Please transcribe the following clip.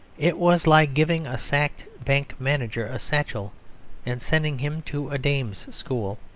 it was like giving a sacked bank manager a satchel and sending him to a dame's school.